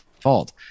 fault